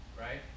right